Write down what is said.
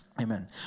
Amen